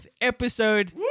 episode